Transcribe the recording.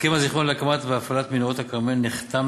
הסכם הזיכיון להקמת והפעלת מנהרות הכרמל נחתם